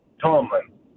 Tomlin